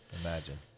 Imagine